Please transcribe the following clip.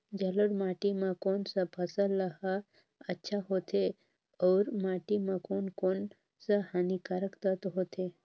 जलोढ़ माटी मां कोन सा फसल ह अच्छा होथे अउर माटी म कोन कोन स हानिकारक तत्व होथे?